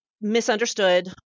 misunderstood